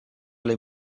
les